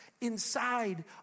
inside